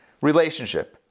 relationship